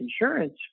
insurance